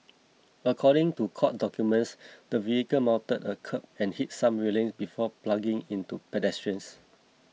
according to court documents the vehicle mounted a kerb and hit some railings before ploughing into pedestrians